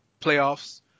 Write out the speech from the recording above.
playoffs